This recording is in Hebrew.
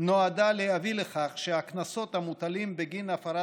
נועדה להביא לכך שהקנסות המוטלים בגין הפרת